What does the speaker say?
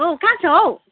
औ कहाँ छ हौ